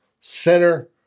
center